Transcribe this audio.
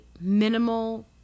minimal